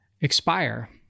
expire